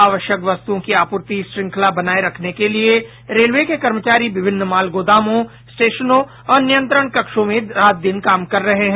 आवश्यक वस्तुओं की आपूर्ति श्रृंखला बनाये रखने के लिये रेलवे के कर्मचारी विभिन्न माल गोदामों स्टेशनों और नियंत्रण कक्षों में रात दिन काम कर रहे हैं